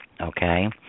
okay